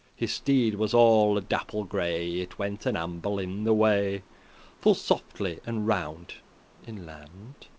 his steede was all dapple gray, it went an amble in the way full softely and round in land.